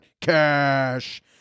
cash